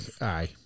Aye